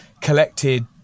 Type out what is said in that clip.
collected